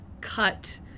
cut